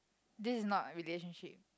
this is not relationship